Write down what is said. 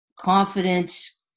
confidence